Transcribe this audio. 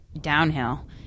downhill